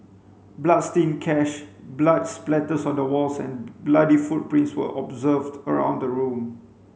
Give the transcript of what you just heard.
bloodstained cash blood splatters on the walls and bloody footprints were observed around the room